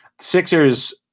Sixers